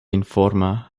informa